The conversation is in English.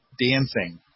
dancing